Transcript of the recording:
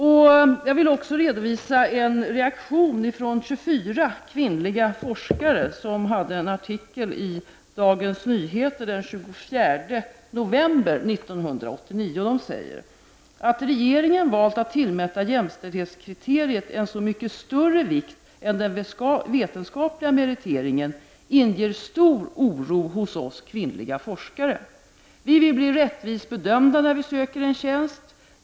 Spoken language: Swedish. Jag skall också redovisa en reaktion från 24 kvinnliga forskare som har uttalat sig i en artikel i Dagens Nyheter den 24 november 1989. De säger bl.a. så här: ”Att regeringen valt att tillmäta jämställdhetskriteriet en så mycket större vikt än den vetenskapliga meriteringen inger stor oro hos oss kvinnliga forskare. Vi vill bli rättvist bedömda när vi söker en tjänst.